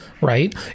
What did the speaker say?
right